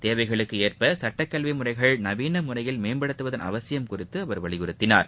தேவைகளுக்கு ஏற்ப சுட்டக்கல்வி முறைகள் நவீன முறையில் மேம்படுத்துவதன் அவசியம் குறித்து அவர் வலியுறுத்தினார்